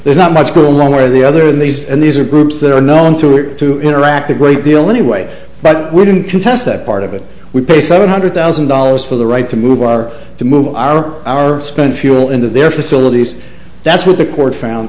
there's not much go wrong or the other than these and these are groups that are known through it to interact a great deal anyway but we didn't contest that part of it we pay seven hundred thousand dollars for the right to move our to move our spent fuel into their facilities that's what the court found